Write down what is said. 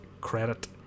credit